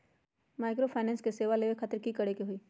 Microfinance के सेवा लेबे खातीर की करे के होई?